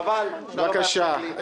חבל שאתה לא מאפשר לי.